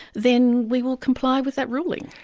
then we will comply with that ruling.